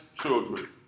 children